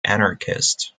anarchist